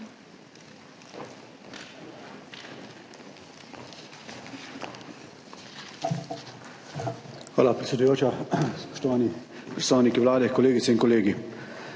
Hvala, predsedujoča. Spoštovani predstavniki Vlade, kolegice in kolegi!